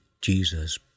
Jesus